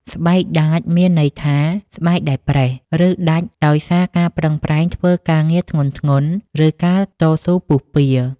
ស្បែកដាច មានន័យថា ស្បែកដែលប្រេះ ឬដាច់ដោយសារការប្រឹងប្រែងធ្វើការងារធ្ងន់ៗ ឬការតស៊ូពុះពារ។